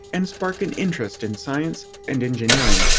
and spark an interest in science and engineering.